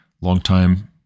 Longtime